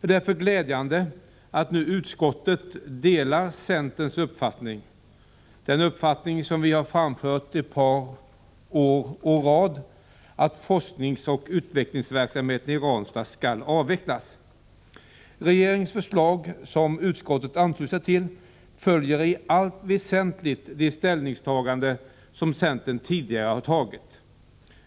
Det är därför glädjande att utskottet nu delar centerns uppfattning, som vi framfört ett par år i rad, nämligen att forskningsoch utvecklingsverksamheten i Ranstad skall avvecklas. Regeringens förslag, som utskottet ansluter sig till, följer i allt väsentligt det ställningstagande som centern tidigare har gjort.